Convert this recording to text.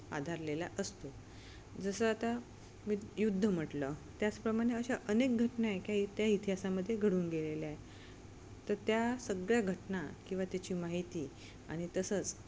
आधारलेला असतो जसं आता मी युद्ध म्हटलं त्याचप्रमाणे अशा अनेक घटना आहे क त्या इतिहासामध्ये घडून गेलेल्या आहे तर त्या सगळ्या घटना किंवा त्याची माहिती आणि तसंच